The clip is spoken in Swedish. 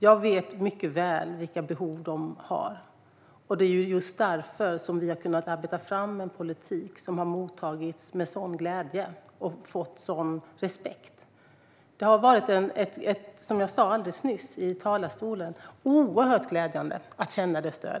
Jag vet mycket väl vilka behov de har, och det är just därför vi har kunnat arbeta fram en politik som har mottagits med sådan glädje och fått sådan respekt. Som jag sa alldeles nyss i talarstolen har det varit oerhört glädjande att känna det stödet.